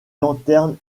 lanterne